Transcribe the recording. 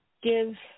give